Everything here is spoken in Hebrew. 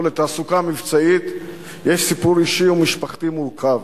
לתעסוקה מבצעית יש סיפור אישי ומשפחתי מורכב.